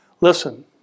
Listen